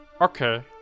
Okay